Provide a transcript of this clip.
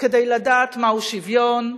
כדי לדעת מהו שוויון,